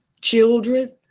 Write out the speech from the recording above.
children